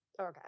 Okay